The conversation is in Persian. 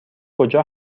کجا